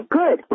good